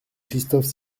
christophe